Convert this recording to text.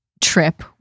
trip